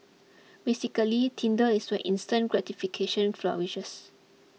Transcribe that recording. basically Tinder is where instant gratification flourishes